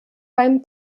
beim